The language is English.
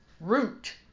root